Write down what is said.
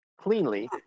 cleanly